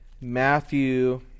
Matthew